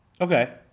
okay